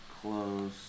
close